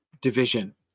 division